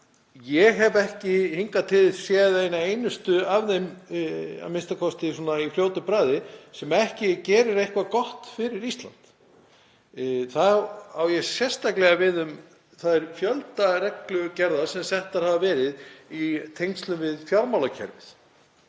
ég hef ekki hingað til séð eina einustu af þeim, a.m.k. í fljótu bragði, sem ekki gerir eitthvað gott fyrir Ísland. Þá á ég sérstaklega við þann fjölda af reglugerðum sem settar hafa verið í tengslum við fjármálakerfið.